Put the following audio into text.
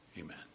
Amen